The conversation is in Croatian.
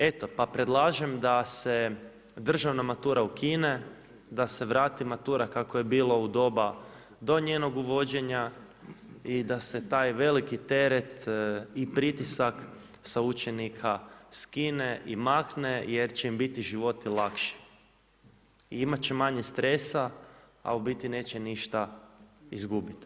Eto, pa predlažem da se državna matura ukine, da se vrati matura kako je bilo u doba do njenog uvođenja i da se taj veliki teret i pritisak sa učenik skine i makne jer će im biti životi lakši i imati će manje stresa a u biti neće ništa izgubiti.